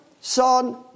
Son